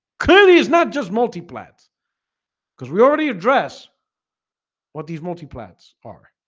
clearly is not just multi plans because we already address what these multi plans are?